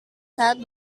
saat